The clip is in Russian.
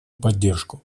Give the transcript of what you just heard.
поддержку